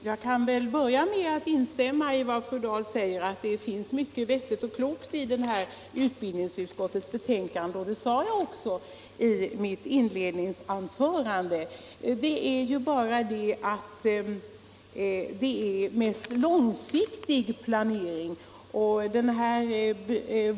Herr talman! Jag kan börja med att instämma med fru Dahl i att det Vårdyrkesutbildning finns mycket vettigt och klokt i detta utbildningsutskottets betänkande, och det sade jag också i mitt inledningsanförande. Det är bara det att det är mest långsiktig planering.